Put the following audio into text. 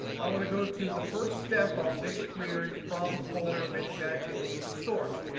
i want to go to the first step of this query from folder many bad tables the source.